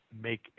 make